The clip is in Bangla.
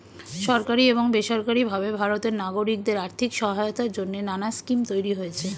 সরকারি এবং বেসরকারি ভাবে ভারতের নাগরিকদের আর্থিক সহায়তার জন্যে নানা স্কিম তৈরি হয়েছে